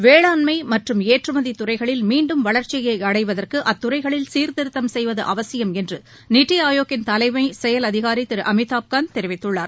வேளாண்மைமற்றும் ஏற்றுமதிதுறைகளில் மீண்டும் வளர்ச்சியைஅடைவதற்குஅத்துறைகளில் சீர்திருத்தம் செய்வதுஅவசியம் என்றுநிதிஆயோக்கின் தலைஎமச் செயல் அதிகாரிதிருஅமிதாப் கந்த் தெரிவித்துள்ளார்